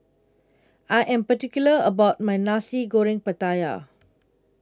I Am particular about My Nasi Goreng Pattaya